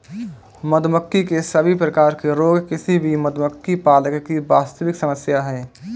मधुमक्खी के सभी प्रकार के रोग किसी भी मधुमक्खी पालक की वास्तविक समस्या है